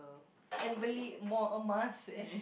and beli more emas and